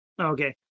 Okay